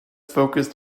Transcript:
focused